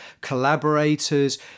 collaborators